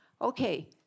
Okay